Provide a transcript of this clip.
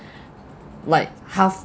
like half